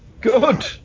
Good